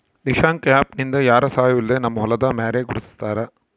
Dishank app ನಿಂದ ಯಾರ ಸಹಾಯವೂ ಇಲ್ಲದೆ ನಮ್ಮ ಹೊಲದ ಮ್ಯಾರೆ ಗುರುತಿಸ್ತಾರ